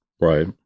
Right